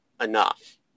enough